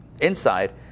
inside